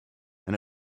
and